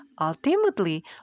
ultimately